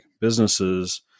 businesses